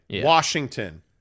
Washington